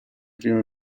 prima